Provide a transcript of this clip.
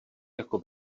jako